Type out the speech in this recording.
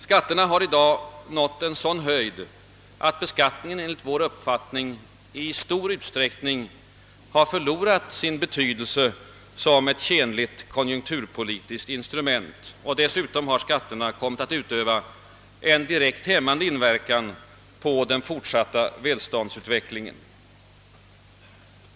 Skatterna har i dag nått en sådan höjd, att beskattningen enligt vår mening i stor utsträckning har förlorat sin betydelse som ett tjänligt konjunkturpolitiskt instrument. Dessutom har skatterna kommit att utöva en direkt hämmande inverkan på den fortsatta välståndsutvecklingen.